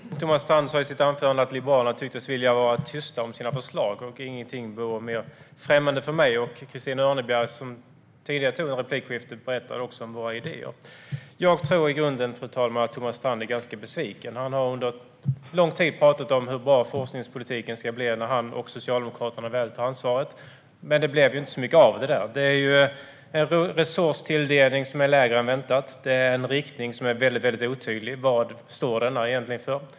Fru talman! Thomas Strand sa i sitt anförande att Liberalerna tycktes vilja vara tysta om sina förslag. Ingenting kunde vara mer främmande för mig. Christina Örnebjär, som deltog i ett tidigare replikskifte, berättade också om våra idéer Fru talman! Jag tror att Thomas Strand i grunden är ganska besviken. Han har under lång tid talat om hur bra forskningspolitiken ska bli när han och Socialdemokraterna väl tar ansvaret. Men det blev inte så mycket av det. Det är en resurstilldelning som är lägre än väntat och en riktning som är väldigt otydlig. Vad står den egentligen för?